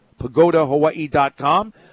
pagodahawaii.com